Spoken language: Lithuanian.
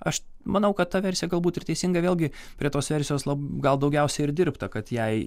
aš manau kad ta versija galbūt ir teisinga vėlgi prie tos versijos gal daugiausia ir dirbta kad jai